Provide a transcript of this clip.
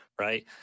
right